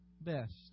best